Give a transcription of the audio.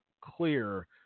clear